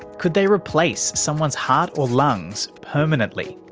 could they replace someone's heart or lungs permanently?